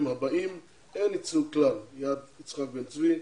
הבאים אין ייצוג כלל: יד יצחק בן צבי,